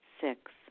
Six